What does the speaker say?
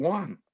one